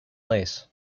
lace